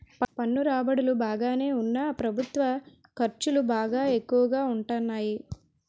పన్ను రాబడులు బాగానే ఉన్నా ప్రభుత్వ ఖర్చులు బాగా ఎక్కువగా ఉంటాన్నాయి